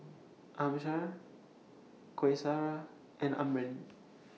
Amsyar Qaisara and Amrin